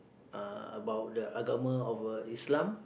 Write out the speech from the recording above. uh about the agama of uh islam